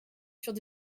furent